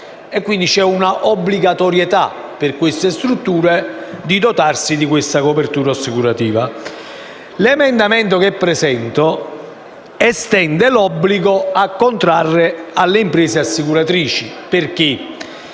quindi, c'è un'obbligatorietà per queste strutture di dotarsi di copertura assicurativa. L'emendamento che ho presentato, il 10.203, estende l'obbligo di contrarre alle imprese assicuratrici perché